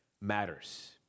matters